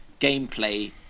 gameplay